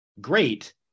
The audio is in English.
great